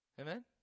Amen